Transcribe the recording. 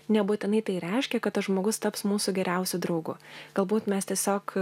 nebūtinai tai reiškia kad tas žmogus taps mūsų geriausiu draugu galbūt mes tiesiog